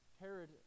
Herod